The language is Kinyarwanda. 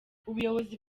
ubuyobozi